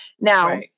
Now